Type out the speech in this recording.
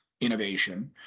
innovation